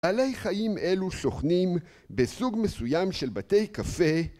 בעלי חיים אלו שוכנים בסוג מסוים של בתי קפה